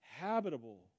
habitable